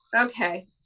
Okay